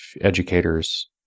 educators